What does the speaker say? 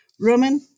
Roman